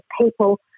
people